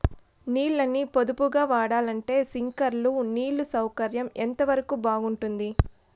నీళ్ళ ని పొదుపుగా వాడాలంటే స్ప్రింక్లర్లు నీళ్లు సౌకర్యం ఎంతవరకు బాగుంటుంది?